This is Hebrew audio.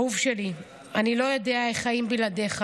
אהוב שלי, אני לא יודע איך חיים בלעדיך.